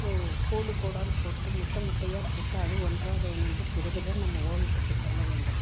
ஓ கோடு கோடால் போட்டு முட்டை முட்டையாக போட்டு அதை ஒன்றாக இணைந்து பிறகுதான் நம்ம ஓவியத்துக்கு செல்ல வேண்டும்